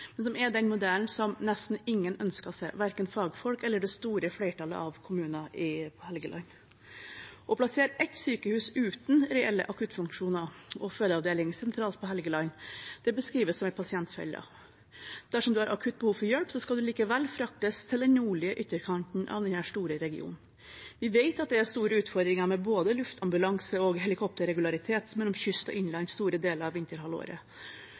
men som er den modellen som nesten ingen ønsker seg, verken fagfolk eller det store flertallet av kommuner i Helgeland. Å plassere ett sykehus uten reelle akuttfunksjoner og fødeavdeling sentralt på Helgeland beskrives som en pasientfelle. Dersom du har akutt behov for hjelp, skal du likevel fraktes til den nordlige ytterkanten av denne store regionen. Vi vet at det er store utfordringer med både luftambulanse og helikopterregularitet mellom kyst og innland store deler av vinterhalvåret,